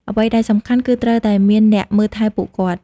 អ្វីដែលសំខាន់ គឺត្រូវតែមានអ្នកមើលថែពួកគាត់។